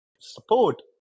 support